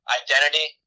identity